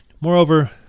Moreover